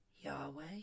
Yahweh